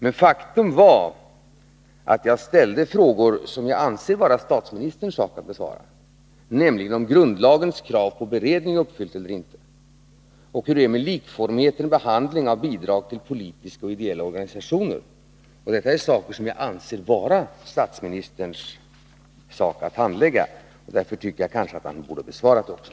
Men faktum är att jag ställde frågor som jag anser det vara statsministerns sak att besvara, nämligen om grundlagens krav på beredning uppfyllts eller inte och hur det är med likformigheten i behandlingen av avdrag till politiska och ideella organisationer. Detta är saker som jag anser det vara statsministerns sak att handlägga. Därför tycker jag att han borde ha besvarat dem också.